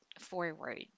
forward